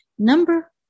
Number